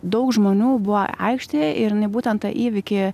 daug žmonių buvo aikštėje ir jinai būtent tą įvykį